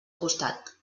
costat